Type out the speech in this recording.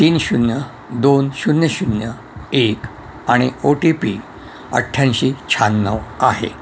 तीन शून्य दोन शून्य शून्य एक आणि ओ टी पी अठ्ठ्याऐंशी शहाण्णव आहे